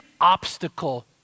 obstacle